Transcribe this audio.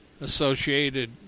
associated